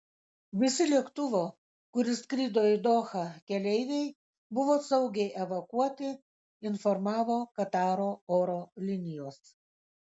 visi lėktuvo kuris skrido į dohą keleiviai buvo saugiai evakuoti informavo kataro oro linijos